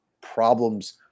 problems